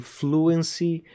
fluency